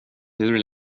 hur